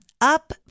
Up